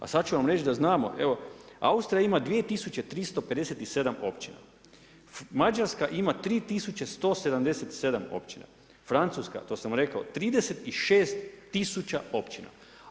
A sada ću vam reći da znamo, evo Austrija ima 2357 općina, Mađarska ima 3177 općina, Francuska, to sam rekao 36 tisuća općina.